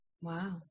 Wow